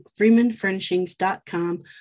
freemanfurnishings.com